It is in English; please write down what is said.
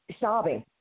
sobbing